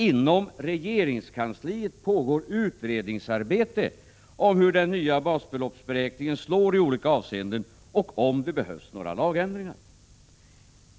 Inom regeringskansliet pågår utredningsarbete om hur den nya basbeloppsberäkningen slår i olika avseenden och om det behövs några lagändringar.